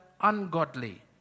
ungodly